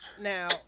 now